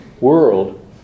world